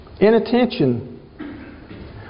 Inattention